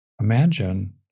imagine